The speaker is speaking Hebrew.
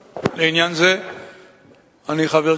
לעניין זה אני חבר כנסת.